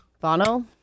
Bono